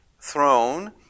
throne